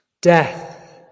Death